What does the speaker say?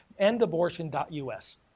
endabortion.us